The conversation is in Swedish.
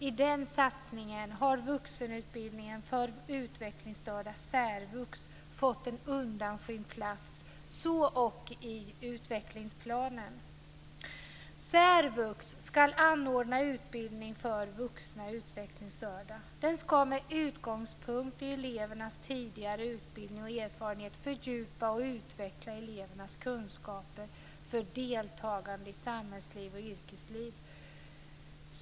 I den satsningen har vuxenutbildningen för utvecklingsstörda, särvux, fått en undanskymd plats, så ock i utvecklingsplanen. Särvux ska anordna utbildning för vuxna utvecklingsstörda. Man ska med utgångspunkt i elevernas tidigare utbildning och erfarenhet fördjupa och utveckla elevernas kunskaper för deltagande i samhällsliv och yrkesliv.